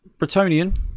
Bretonian